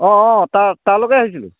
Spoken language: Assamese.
অঁ অঁ তালৈকে আহিছিলোঁ